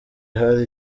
ahari